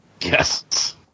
Yes